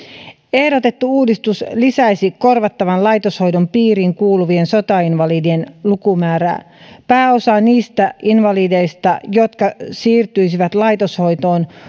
ehdotettu uudistus lisäisi korvattavan laitoshoidon piiriin kuuluvien sotainvalidien lukumäärää pääosa niistä invalideista jotka siirtyisivät laitoshoitoon